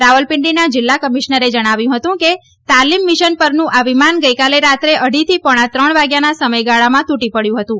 રાવલપિંડીના જીલ્લા કમિશનરે જણાવ્યું હતું કે તાલીમ મીશન પરનું આ વિમાન ગઇકાલે રાત્રે અઢીથી પોણા ત્રણ વાગ્યાના સમયગાળામાં તૂટી પડ્યું હતું